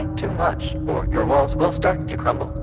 too much, or your walls will start to crumble.